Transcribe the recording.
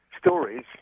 stories